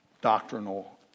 doctrinal